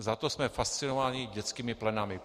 Zato jsme fascinováni dětskými plenami!